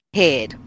head